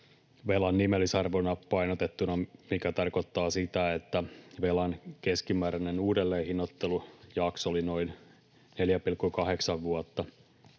velan nimellisarvona painotettuna, mikä tarkoittaa sitä, että velan keskimääräinen uudelleenhinnoittelujakso oli noin 4,8 vuotta.